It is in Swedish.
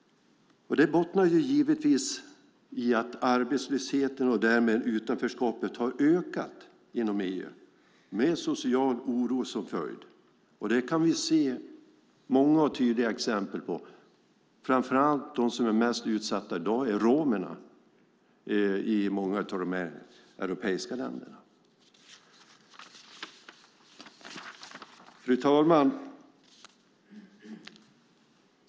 Det bottnar givetvis i att arbetslösheten och därmed utanförskapet har ökat genom EU med social oro som följd. Det kan vi se många och tydliga exempel på. De som är mest utsatta i dag är romerna i många av de europeiska länderna. Fru talman!